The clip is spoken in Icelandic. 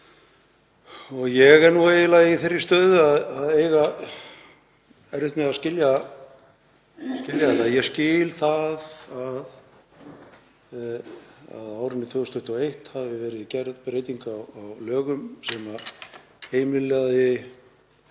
Ég er eiginlega í þeirri stöðu að eiga erfitt með að skilja þetta. Ég skil að á árinu 2021 hafi verið gerð breyting á lögum sem heimilaði